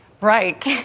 Right